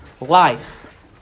life